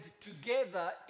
together